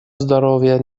здоровья